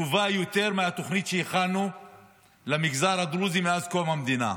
טובה יותר מהתוכנית שהכנו למגזר הדרוזי מאז קום המדינה.